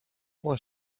was